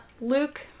Luke